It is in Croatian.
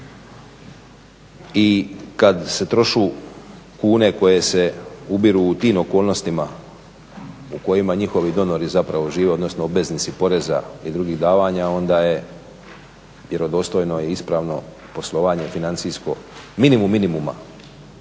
i kad se troše kune koje se ubiru u tim okolnostima u kojima njihovi donori zapravo žive, odnosno obveznici poreza i drugih davanja onda je vjerodostojno i ispravno poslovanje financijsko minimum minimuma